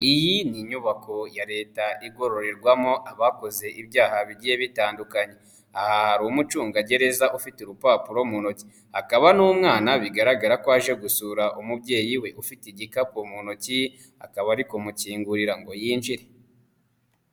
Iyi ni inyubako ya Leta igororerwamo abakoze ibyaha bigiye bitandukanye, aha hari umucungagereza ufite urupapuro mu ntoki, hakaba n'umwana bigaragara ko aje gusura umubyeyi we ufite igikapu mu ntoki, akaba ari kumukingurira ngo yinjire.